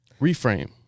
reframe